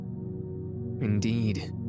Indeed